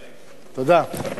תודה.